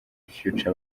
future